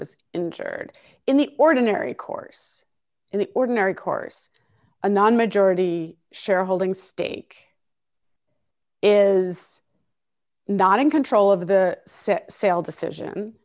was injured in the ordinary course in the ordinary course a non majority shareholding stake is not in control of the set sail decision